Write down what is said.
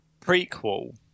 prequel